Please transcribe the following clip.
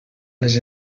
les